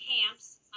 camps